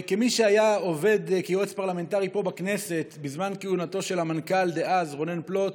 כמי שהיה יועץ פרלמנטרי בכנסת בזמן כהונתו של המנכ"ל דאז רונן פלוט,